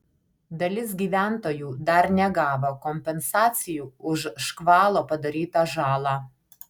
dalis gyventojų dar negavo kompensacijų už škvalo padarytą žalą